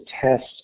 test